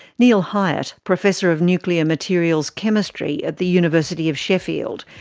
neil hyatt, professor of nuclear materials chemistry at the university of sheffield,